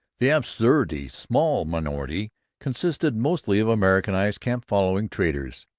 the absurdly small minority consisted mostly of americanized camp-following traders,